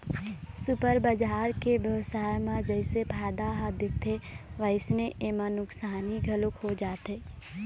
super बजार के बेवसाय म जइसे फायदा ह दिखथे वइसने एमा नुकसानी घलोक हो जाथे